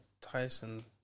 Tyson